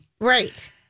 Right